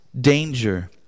danger